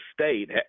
state